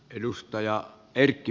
arvoisa puhemies